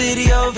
Video